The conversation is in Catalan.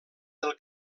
del